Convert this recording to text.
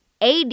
AD